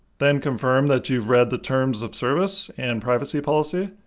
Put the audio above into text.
then confirm that you've read the terms of service and privacy policy.